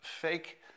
fake